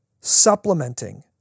supplementing